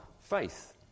faith